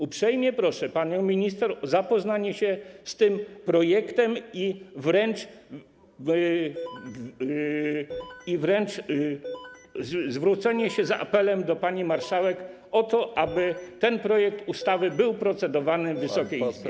Uprzejmie proszę panią minister o zapoznanie się z tym projektem i wręcz zwrócenie się z apelem do pani marszałek o to, aby ten projekt ustawy był procedowany w Wysokiej Izbie.